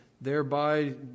thereby